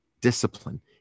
discipline